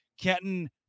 Kenton